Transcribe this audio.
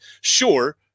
sure